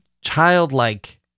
childlike